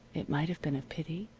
it might have been of pity,